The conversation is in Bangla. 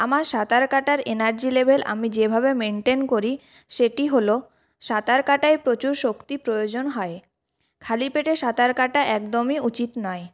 আমার সাঁতার কাটার এনার্জি লেভেল আমি যেভাবে মেনটেন করি সেটি হল সাঁতার কাটায় প্রচুর শক্তি প্রয়োজন হয় খালি পেটে সাঁতার কাটা একদমই উচিত নয়